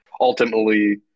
ultimately